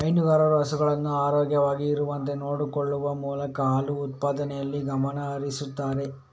ಹೈನುಗಾರರು ಹಸುಗಳನ್ನ ಆರೋಗ್ಯವಾಗಿ ಇರುವಂತೆ ನೋಡಿಕೊಳ್ಳುವ ಮೂಲಕ ಹಾಲು ಉತ್ಪಾದನೆಯಲ್ಲಿ ಗಮನ ಹರಿಸ್ತಾರೆ